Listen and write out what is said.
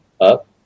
up